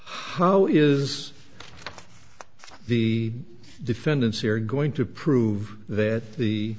how is the defendants here going to prove that the